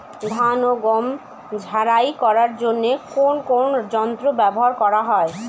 ধান ও গম ঝারাই করার জন্য কোন কোন যন্ত্র ব্যাবহার করা হয়?